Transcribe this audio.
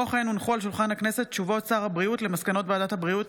הודעות שר הבריאות על מסקנות ועדת הבריאות